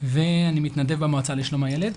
ואני מתנדב במועצה לשלום הילד,